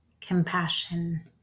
compassion